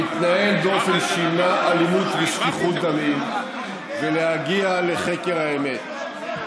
להתנהל באופן שימנע אלימות ושפיכות דמים ולהגיע לחקר האמת.